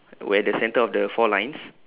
where the centre of the four lines